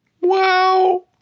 Wow